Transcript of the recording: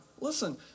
listen